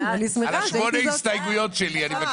אני מבקש זכות דיבור על שמונה ההסתייגויות שלי.